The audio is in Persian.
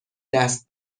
دست